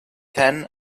ten